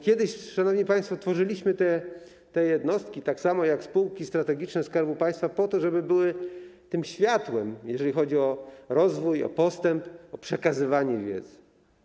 Kiedyś, szanowni państwo, tworzyliśmy te jednostki tak samo jak spółki strategiczne Skarbu Państwa po to, żeby były światłem, jeżeli chodzi o rozwój, o postęp, o przekazywanie wiedzy.